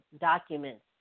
documents